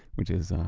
which is,